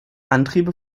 antriebe